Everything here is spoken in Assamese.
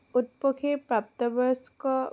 উট পক্ষীৰ প্ৰাপ্তবয়স্ক